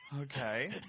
Okay